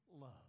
love